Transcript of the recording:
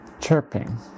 chirping